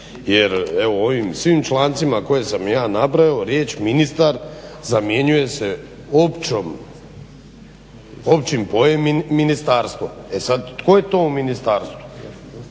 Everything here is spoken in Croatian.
jer evo ovim svim člancima koje sam ja nabrojao riječ ministar zamjenjuje se općim pojmom ministarstvo. E sad tko je to u ministarstvu.